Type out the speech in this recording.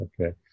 Okay